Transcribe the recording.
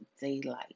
daylight